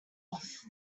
off